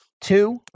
Two